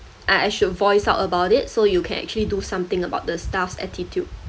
I I should voice out about it so you can actually do something about the staff's attitude